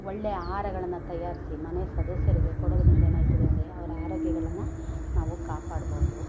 ಒಳ್ಳೆ ಆಹಾರಗಳನ್ನು ತಯಾರಿಸಿ ಮನೆಯ ಸದಸ್ಯರಿಗೆ ಕೊಡೋದ್ರಿಂದ ಏನಾಯ್ತದೆ ಅಂದರೆ ಅವರ ಆರೋಗ್ಯಗಳನ್ನು ನಾವು ಕಾಪಾಡ್ಬೋದು